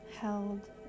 held